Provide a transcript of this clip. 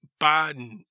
Biden